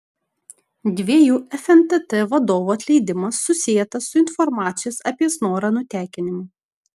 dviejų fntt vadovų atleidimas susietas su informacijos apie snorą nutekinimu